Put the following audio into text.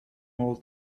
all